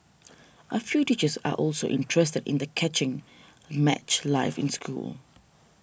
a few teachers are also interested in the catching match live in school